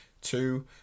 Two